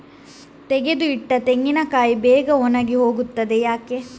ತೆಗೆದು ಇಟ್ಟ ತೆಂಗಿನಕಾಯಿ ಬೇಗ ಒಣಗಿ ಹೋಗುತ್ತದೆ ಯಾಕೆ?